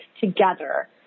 together